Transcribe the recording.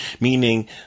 meaning